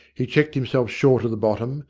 he checked himself short of the bottom,